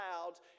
clouds